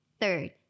Third